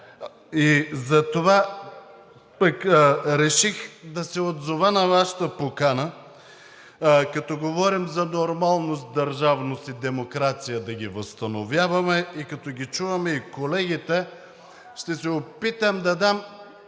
и затова реших да се отзова на Вашата покана, като говорим за нормалност, държавност и демокрация – да ги възстановяваме, като чуваме и колегите. Ще се опитам да дам